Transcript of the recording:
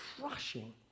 crushing